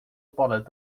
padden